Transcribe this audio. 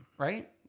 Right